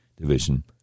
Division